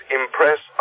impress